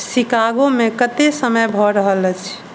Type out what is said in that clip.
शिकागोमे कते समय भए रहल अछि